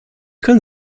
können